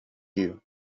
you